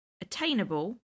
attainable